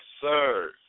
sir